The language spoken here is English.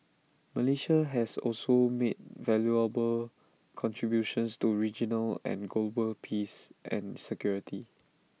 Malaysia has also made valuable contributions to regional and global peace and security